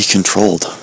controlled